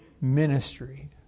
ministry